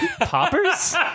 Poppers